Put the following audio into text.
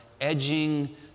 edging